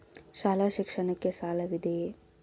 ಶಾಲಾ ಶಿಕ್ಷಣಕ್ಕೆ ಸಾಲವಿದೆಯೇ?